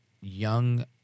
young